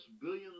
billions